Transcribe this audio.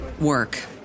work